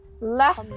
Left